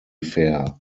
fair